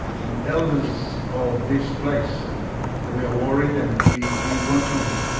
and elders of this place we are worried, and we we want to.